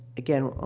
again, ah,